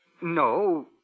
no